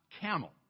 camel